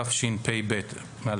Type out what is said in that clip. התשפ"ב-2021,